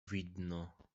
widno